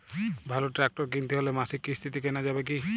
ভালো ট্রাক্টর কিনতে হলে মাসিক কিস্তিতে কেনা যাবে কি?